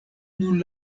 nun